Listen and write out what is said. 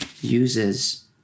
uses